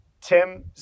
Tim